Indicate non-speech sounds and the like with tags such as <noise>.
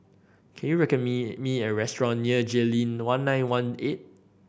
can you <unintelligible> me me a restaurant near Jayleen One Nine One Eight